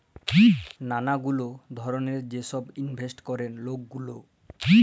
ম্যালা গুলা ধরলের যে ছব ইলভেস্ট ক্যরে লক গুলা